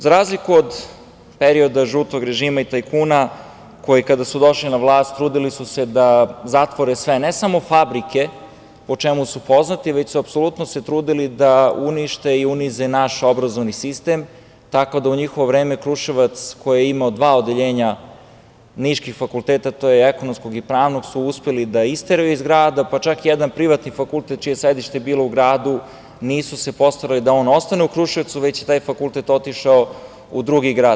Za razliku od perioda žutog režima i tajkuna koji kada su došli na vlast trudili su se da zatvore sve, ne samo fabrike po čemu su poznati, već su se apsolutno trudili da unište i unize naš obrazovni sistem tako da u njihovo vreme Kruševac koji je imao dva odeljenja niških fakulteta, Ekonomskog i Pravnog, su uspeli da isteraju iz grada, pa čak i jedan privatni fakultet čije je sedište bilo u gradu nisu se postarali da on ostane u Kruševcu već je taj fakultet otišao u drugi grad.